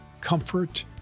comfort